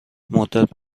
مدت